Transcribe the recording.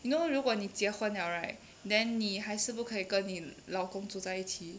you know 如果你结婚了 right then 你还是不可以跟你老公住在一起